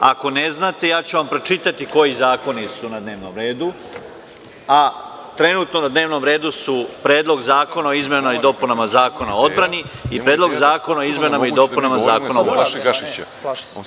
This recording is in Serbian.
Ako ne znate, ja ću vam pročitati koji zakoni su na dnevnom redu, a trenutno na dnevnom redu su Predlog zakona o izmenama i dopunama Zakona o odbrani i Predlog zakona o izmenama i dopunama Zakona o vojsci.